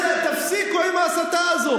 תפסיקו עם ההסתה הזאת.